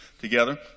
together